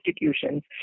institutions